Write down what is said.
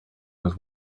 was